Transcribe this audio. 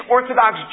Orthodox